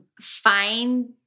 find